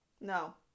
no